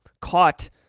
caught